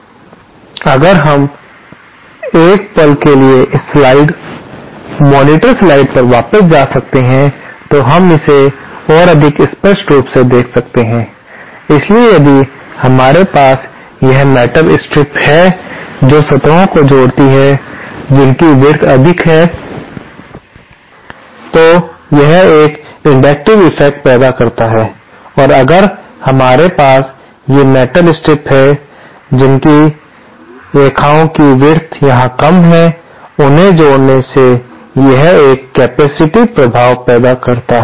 अब अगर हम एक पल के लिए इस स्लाइड मॉनीटर स्लाइड पर वापस जा सकते हैं तो हम इसे और अधिक स्पष्ट रूप से देख सकते हैं इसलिए यदि हमारे पास यह मेटल पट्टीया हैं जो सतहों को जोड़ती हैं जिनकी विड्थ अधिक है तो यह एक इंडकटिव इफेक्ट पैदा करता है और अगर हमारे पास ये मेटल स्ट्रिप्स हैं जिन सेवाओं की विड्थ यहां कम है उन्हें जोड़ने से यह एक कैपेसिटिव प्रभाव पैदा करता है